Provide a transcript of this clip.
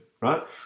right